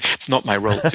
it's not my role to.